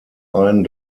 ein